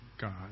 God